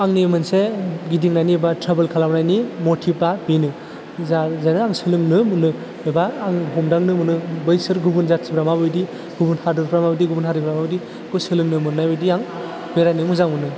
आंनि मोनसे गिदिंनायनि बा ट्राबेल खालामनायनि मटिभआ बेनो जायजोंनो आं सोलोंनो मोनो एबा आं हमदांनो मोनो बैसोर गुबुन जाथिफ्रा मा बायदि गुबुन हादरफ्रा मा बायदि गुबुन हारिफ्रा मा बायदि बे सोलोंनो मोननाय बादि आं बेरायनो मोजां मोनो